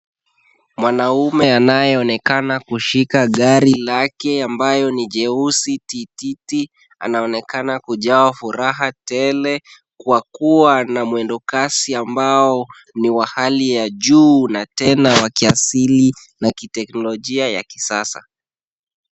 Mwanaume anayo onekana kushika gari lake ambayo ni jeusi tititi. Anaonekana kujawa furaha tele kwa kuwa na mwendo kasi ambao ni wa hali ya juu na tena wa kiasili na kiteknologia ya kisasa.